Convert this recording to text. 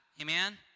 amen